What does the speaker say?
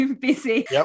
busy